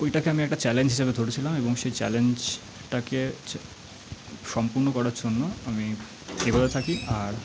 ওইটাকে আমি একটা চ্যালেঞ্জ হিসাবে ধরেছিলাম এবং সেই চ্যালেঞ্জটাকে সম্পূর্ণ করার জন্য আমি এগোতে থাকি আর